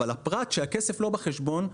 אבל הפרט שהכסף לא בחשבון,